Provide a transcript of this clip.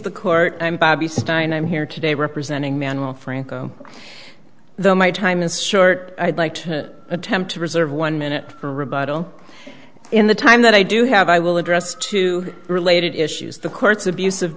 the court i'm bobby stein i'm here today representing man with franco though my time is short i'd like to attempt to reserve one minute for rebuttal in the time that i do have i will address two related issues the courts abus